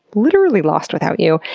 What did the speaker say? literally, lost without you.